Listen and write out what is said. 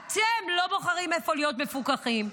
אתם לא בוחרים איפה להיות מפוקחים.